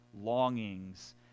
longings